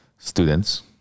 Students